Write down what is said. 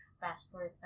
passport